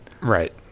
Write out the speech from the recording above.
right